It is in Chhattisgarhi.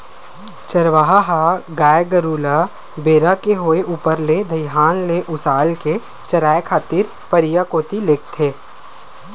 चरवाहा ह गाय गरु ल बेरा के होय ऊपर ले दईहान ले उसाल के चराए खातिर परिया कोती लेगथे